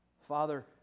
Father